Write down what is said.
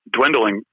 Dwindling